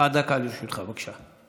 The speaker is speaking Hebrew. עד דקה לרשותך, בבקשה.